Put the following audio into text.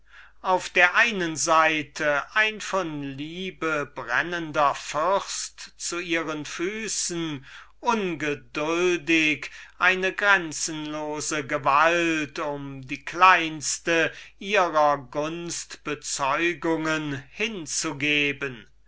auf der einen seite ein von liebe brennender könig zu ihren füßen bereit eine unbegrenzte gewalt über ihn selbst und über alles was er hatte um die kleinste ihrer gunstbezeugungen hinzugeben